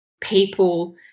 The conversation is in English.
people